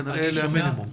כנראה למינימום.